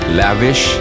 lavish